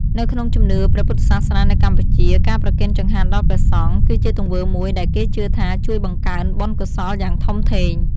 នៅក្នុងជំនឿព្រះពុទ្ធសាសនានៅកម្ពុជា ការប្រគេនចង្ហាន់ដល់ព្រះសង្ឃ គឺជាទង្វើមួយដែលគេជឿថាជួយបង្កើនបុណ្យកុសលយ៉ាងធំធេង។